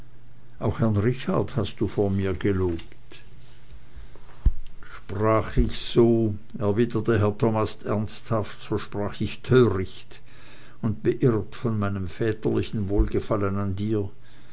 auch herrn richard hast du vor mir gelobt sprach ich so erwiderte herr thomas ernsthaft so sprach ich töricht und beirrt von meinem väterlichen wohlgefallen an dir